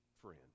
friend